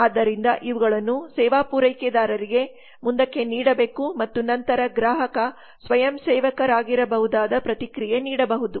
ಆದ್ದರಿಂದ ಇವುಗಳನ್ನು ಸೇವಾ ಪೂರೈಕೆದಾರರಿಗೆ ಮುಂದಕ್ಕೆ ನೀಡಬೇಕು ಮತ್ತು ನಂತರ ಗ್ರಾಹಕ ಸ್ವಯಂಸೇವಕರಾಗಿರಬಹುದಾದ ಪ್ರತಿಕ್ರಿಯೆ ನೀಡಬಹುದು